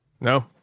No